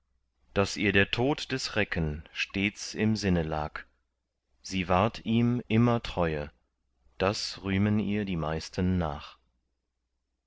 daß ihr der tod des recken stets im sinne lag sie wahrt ihm immer treue das rühmen ihr die meisten nach